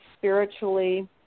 spiritually